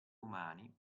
umani